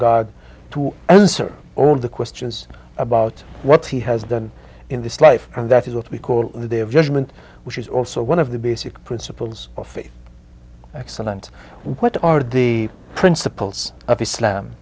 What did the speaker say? god to answer all the questions about what he has done in this life and that is what we call the day of judgment which is also one of the basic principles of faith excellent what are the principles of islam